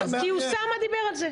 כי אוסאמה דיבר על זה.